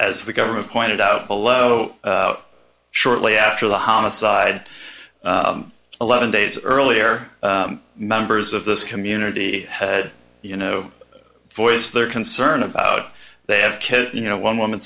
as the government pointed out below shortly after the homicide eleven days earlier members of this community head you know voice their concern about they have killed you know one woman